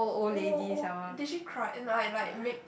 oh oh they actually cried and like like make